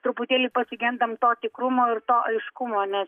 truputėlį pasigendam to tikrumo ir to aiškumo nes